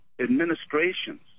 administrations